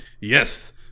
yes